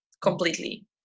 completely